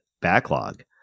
backlog